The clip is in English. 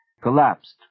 collapsed